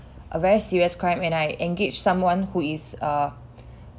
a very serious crime and I engaged someone who is a